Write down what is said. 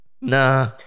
Nah